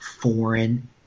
foreign